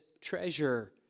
treasure